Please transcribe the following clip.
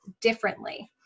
differently